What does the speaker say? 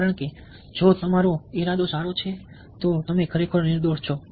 કારણ કે જો તમારો ઇરાદો સારો છે તો તમે ખરેખર નિર્દોષ છો